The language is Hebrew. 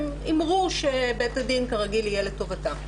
הם הימרו שבית הדין כרגיל יהיה לטובתם.